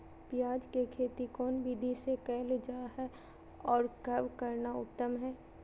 प्याज के खेती कौन विधि से कैल जा है, और कब करना उत्तम है?